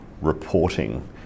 reporting